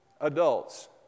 adults